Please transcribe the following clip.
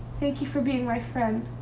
thank you for being my friend,